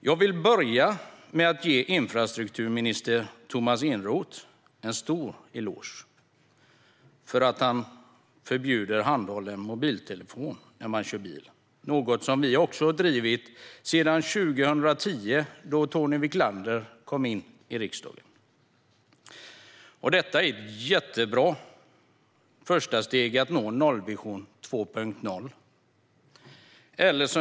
Jag vill börja med att ge infrastrukturminister Tomas Eneroth en stor eloge för att han förbjuder handhållen mobiltelefon när man kör bil - något som vi har drivit sedan 2010, då Tony Wiklander kom in i riksdagen. Detta är ett jättebra första steg för att nå Nollvisionen 2.0.